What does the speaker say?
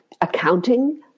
accounting